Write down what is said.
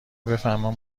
بفهمن